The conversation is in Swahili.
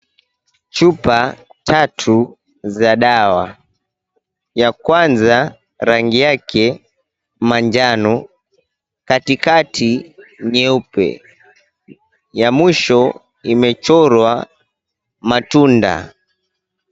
Chupa tatu za dawa, ya kwanza rangi yake manjano, katikati nyeupe ya mwisho imechorwa matunda.